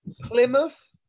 Plymouth